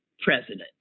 president